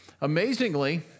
amazingly